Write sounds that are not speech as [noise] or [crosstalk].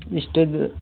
[unintelligible]